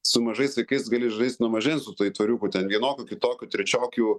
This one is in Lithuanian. su mažais vaikais gali žaist nuo mažens su tuo aitvariuku ten vienokių kitokių trečiokų